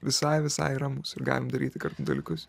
visai visai ramus ir galim daryti dalykus